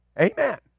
Amen